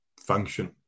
function